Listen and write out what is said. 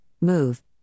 move